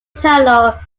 tunnel